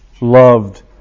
loved